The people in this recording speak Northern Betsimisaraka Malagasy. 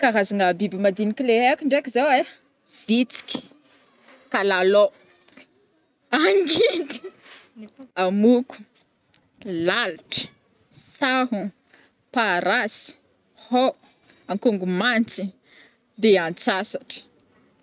Karazagna biby madigniky le aiko ndraiky zao ai, vitsiky, kalalô, angidy, a moko, lalitry, sahogno, parasy, haô, ankongomantsigny, de antsasatra.